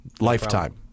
lifetime